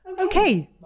Okay